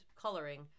coloring